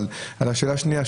אבל על השאלה השנייה,